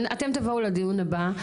אתם תבואו לדיון הבא.